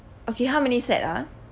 okay how many set ah